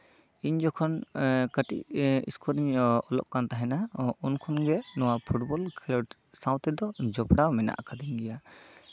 ᱤᱧ ᱡᱚᱠᱷᱚᱱ ᱠᱟᱹᱴᱤᱡ ᱤᱥᱠᱩᱞᱨᱮᱧ ᱚᱞᱚᱜ ᱠᱟᱱ ᱛᱟᱦᱮᱱᱟ ᱩᱱᱠᱷᱚᱱ ᱜᱮ ᱱᱚᱣᱟ ᱯᱷᱩᱴᱵᱚᱞ ᱠᱷᱮᱞᱳᱰ ᱥᱟᱶ ᱛᱮᱫᱚ ᱡᱚᱯᱲᱟᱣ ᱢᱮᱱᱟᱧ ᱜᱮᱭᱟ